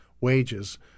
wages